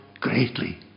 greatly